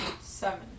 Seven